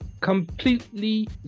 completely